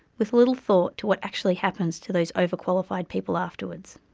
with little thought to what actually happens to those overqualified people afterwards.